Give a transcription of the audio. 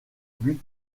but